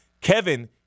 Kevin